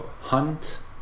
Hunt